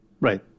Right